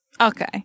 okay